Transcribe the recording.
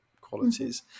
qualities